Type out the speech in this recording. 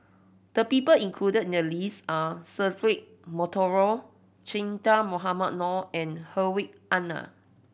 the people included in the list are Cedric Monteiro Che Dah Mohamed Noor and Hedwig Anuar